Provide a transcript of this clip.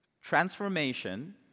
Transformation